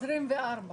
24 תלמידים.